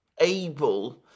able